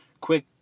Quick